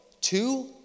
Two